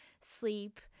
sleep